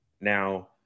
Now